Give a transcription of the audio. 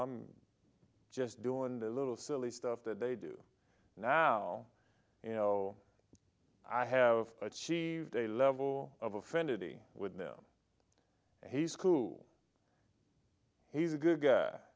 mom just doing the little silly stuff that they do now you know i have achieved a level of offended he would know he's cool he's a good guy